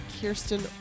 Kirsten